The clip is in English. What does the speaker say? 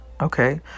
Okay